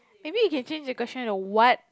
maybe you can change the question to what